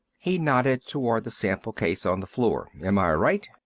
he nodded toward the sample case on the floor. am i right?